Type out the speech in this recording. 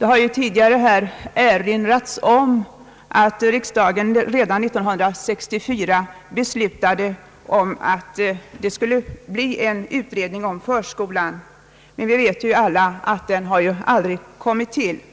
Här har ju tidigare erinrats om att riksdagen år 1964 beslutade att det skulle ske en utredning om förskolan, men vi vet ju alla att den aldrig har kommit till stånd.